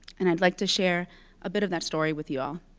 and i'd like to share a bit of that story with you all.